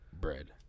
bread